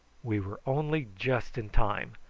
we were only just in time,